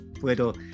puedo